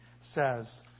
says